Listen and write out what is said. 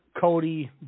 Cody